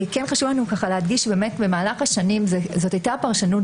כן חשוב לנו להדגיש שבאמת במהלך השנים זאת הייתה פרשנות